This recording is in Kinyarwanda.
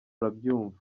urabyumva